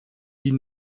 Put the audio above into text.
die